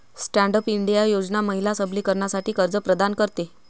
stand up India योजना महिला सबलीकरणासाठी कर्ज प्रदान करते